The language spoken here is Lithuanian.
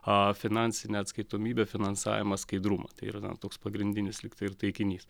a finansinę atskaitomybę finansavimą skaidrumą tai yra toks pagrindinis lyg tai ir taikinys